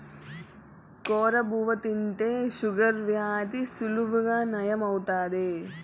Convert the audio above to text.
కొర్ర బువ్వ తింటే షుగర్ వ్యాధి సులువుగా నయం అవుతాది